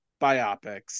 biopics